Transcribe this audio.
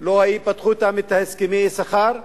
לא פתחו את הסכמי השכר אתם,